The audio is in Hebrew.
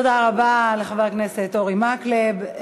תודה רבה לחבר הכנסת אורי מקלב.